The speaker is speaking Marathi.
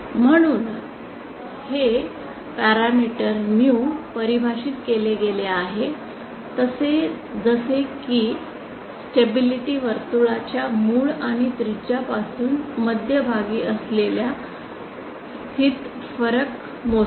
म्हणून हे पॅरामीटर म्यू परिभाषित केले गेले आहे जसे की स्टेबिलिटी वर्तुळाच्या मूळ आणि त्रिज्यापासून मध्यभागी असलेल्या स्थितीत फरक मोजते